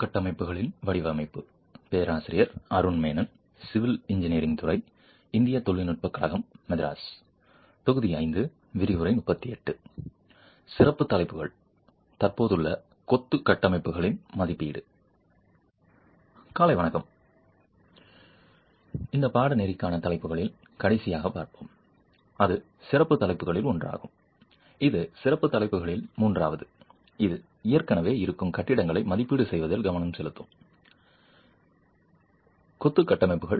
காலை வணக்கம் இந்த பாடநெறிக்கான தலைப்புகளில் கடைசியாகப் பார்ப்போம் அது சிறப்பு தலைப்புகளில் ஒன்றாகும் இது சிறப்பு தலைப்புகளில் மூன்றாவது இது ஏற்கனவே இருக்கும் கட்டிடங்களை மதிப்பீடு செய்வதில் கவனம் செலுத்தும் இருக்கும் கொத்து கட்டமைப்புகள்